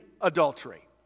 adultery